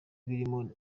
birimo